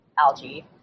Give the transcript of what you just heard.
algae